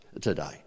today